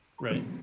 Right